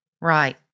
Right